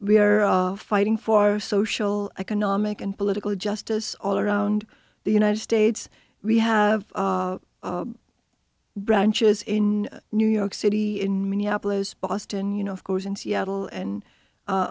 we are fighting for our social economic and political justice all around the united states we have branches in new york city in minneapolis boston you know of course in seattle and